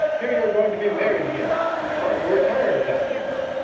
hear you're going to be married again thought you were tired of that game.